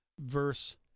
Verse